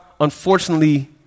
unfortunately